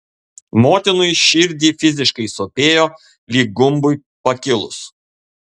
motinai širdį fiziškai sopėjo lyg gumbui pakilus